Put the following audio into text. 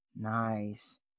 Nice